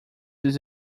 vezes